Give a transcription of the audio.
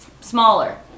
smaller